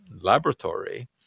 laboratory